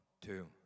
two